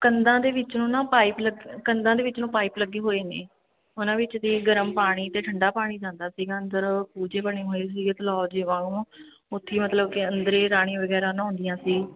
ਕੰਧਾਂ ਦੇ ਵਿੱਚੋਂ ਨਾ ਪਾਈਪ ਲ ਕੰਧਾਂ ਦੇ ਵਿੱਚ ਨੂੰ ਪਾਈਪ ਲੱਗੇ ਹੋਏ ਨੇ ਉਹਨਾਂ ਵਿੱਚ ਦੇ ਗਰਮ ਪਾਣੀ ਅਤੇ ਠੰਡਾ ਪਾਣੀ ਜਾਂਦਾ ਸੀਗਾ ਅੰਦਰ ਖੂਹ ਜੇ ਬਣੇ ਹੋਏ ਸੀਗੇ ਉੱਥੇ ਮਤਲਬ ਕਿ ਅੰਦਰੇ ਰਾਣੀਆਂ ਵਗੈਰਾ ਨਹਾਉਂਦੀਆਂ ਸੀ